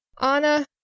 Anna